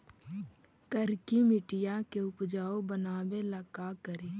करिकी मिट्टियां के उपजाऊ बनावे ला का करी?